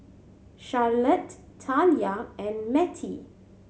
Charlottie Thalia and Matie